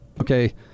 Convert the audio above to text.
okay